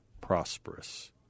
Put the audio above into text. prosperous